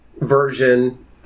version